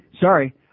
Sorry